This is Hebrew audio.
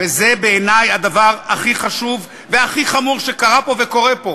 וזה בעיני הדבר הכי חשוב והכי חמור שקרה פה וקורה פה.